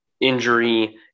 injury